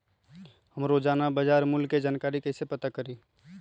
हम रोजाना बाजार मूल्य के जानकारी कईसे पता करी?